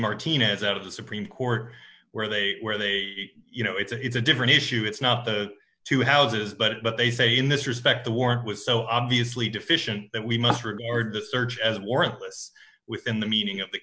martinez out of the supreme court where they where they you know it's a it's a different issue it's not the two houses but they say in this respect the warrant was so obviously deficient that we must regard the search as warrantless within the meaning of the